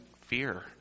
fear